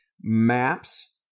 Maps